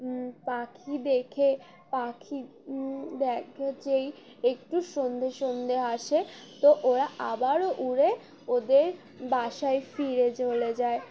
পাখি দেখে পাখি দেখে যেই একটু সন্ধে সন্ধে আসে তো ওরা আবারও উড়ে ওদের বাসায় ফিরে চলে যায়